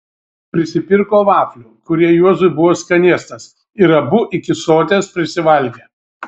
prisipirko vaflių kurie juozui buvo skanėstas ir abu iki soties prisivalgė